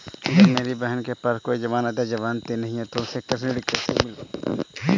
अगर मेरी बहन के पास कोई जमानत या जमानती नहीं है तो उसे कृषि ऋण कैसे मिल सकता है?